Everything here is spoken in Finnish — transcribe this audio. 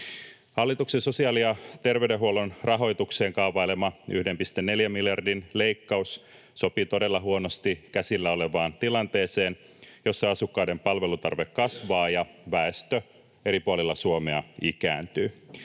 Hallituksen sosiaali- ja terveydenhuollon rahoitukseen kaavailema 1,4 miljardin leikkaus sopii todella huonosti käsillä olevaan tilanteeseen, jossa asukkaiden palvelutarve kasvaa ja väestö eri puolilla Suomea ikääntyy.